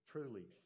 truly